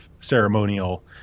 ceremonial